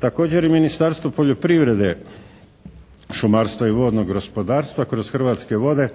Također i Ministarstvo poljoprivrede, šumarstva i vodnog gospodarstva kroz Hrvatske vode